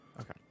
okay